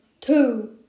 two